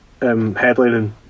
headlining